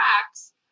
tracks